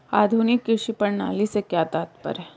आधुनिक कृषि प्रणाली से क्या तात्पर्य है?